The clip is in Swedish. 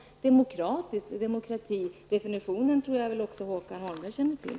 Definitionen på demokrati tror jag väl att också Håkan Holmberg känner till.